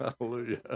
Hallelujah